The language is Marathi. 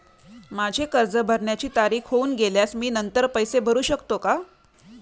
माझे कर्ज भरण्याची तारीख होऊन गेल्यास मी नंतर पैसे भरू शकतो का?